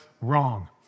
wrong